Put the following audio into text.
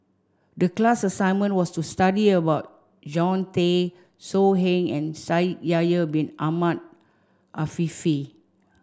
the class assignment was to study about Jean Tay So Heng and Shaikh Yahya bin Ahmed Afifi